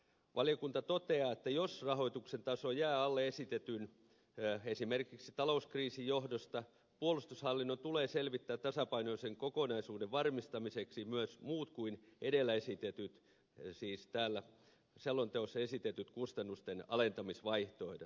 valiokunta toteaa että jos rahoituksen taso jää alle esitetyn esimerkiksi talouskriisin johdosta puolustushallinnon tulee selvittää tasapainoisen kokonaisuuden varmistamiseksi myös muut kuin edellä esitetyt siis täällä selonteossa esitetyt kustannusten alentamisvaihtoehdot